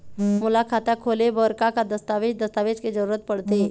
मोला खाता खोले बर का का दस्तावेज दस्तावेज के जरूरत पढ़ते?